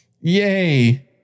yay